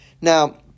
Now